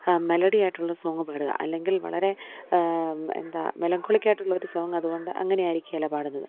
melody ആയിട്ടുള്ള song പാടുക അല്ലെങ്കിൽ വളരെ എന്താ മെലങ്കൊളിക്ക് ആയിട്ടുള്ളൊരു സോങ്ങ് അതുകൊണ്ട് അങ്ങനെ ആയിരിക്കുകയില്ല പാടുന്നത്